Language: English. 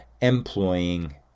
employing